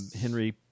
Henry